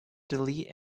delete